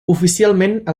oficialment